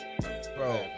Bro